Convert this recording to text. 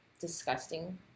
disgusting